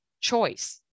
choice